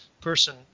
person